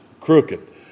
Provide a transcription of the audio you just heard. crooked